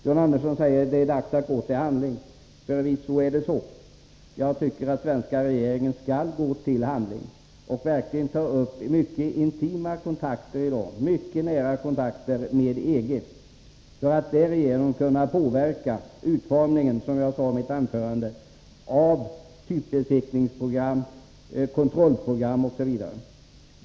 John Andersson säger att det är dags att gå till handling. Förvisso är det så. Jag tycker att den svenska regeringen skall gå till handling och verkligen ta upp mycket nära kontakter med EG för att därigenom, som jag sade i mitt anförande, kunna påverka utformningen av typbesiktningsprogram, kontrollprogram osv.